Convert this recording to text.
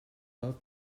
love